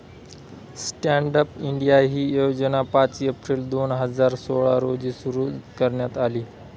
stand up India ही योजना पाच एप्रिल दोन हजार सोळा रोजी सुरु करण्यात आली